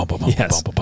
Yes